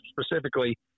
specifically